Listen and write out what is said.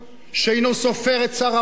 שאינו סופר את שר האוצר,